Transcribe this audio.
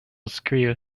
squeal